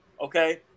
okay